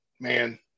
man